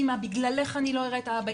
אימא בגללך אני לא אראה את אבא,